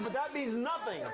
that means nothing,